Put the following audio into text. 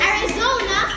Arizona